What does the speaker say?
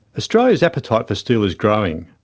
australia's appetite for steel is growing,